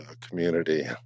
community